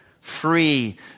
free